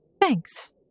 Thanks